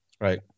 right